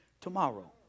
tomorrow